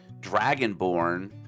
dragonborn